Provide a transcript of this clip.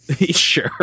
Sure